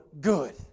good